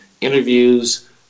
interviews